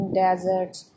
deserts